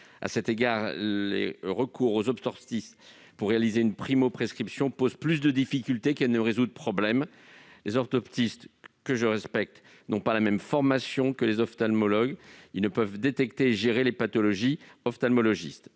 À cet égard, le recours aux orthoptistes pour réaliser une primo-prescription pose plus de difficultés qu'il ne résout de problèmes. Je respecte les orthoptistes, mais ils ne suivent pas la même formation que les ophtalmologues. Ils ne peuvent détecter et gérer les pathologies ophtalmologiques.